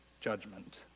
judgment